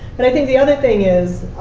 and i think the other thing is,